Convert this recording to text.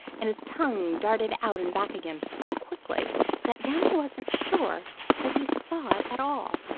and his tongue darted out and back again so quickly that danny wasn't sure that he saw it at all,